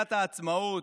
מגילת העצמאות,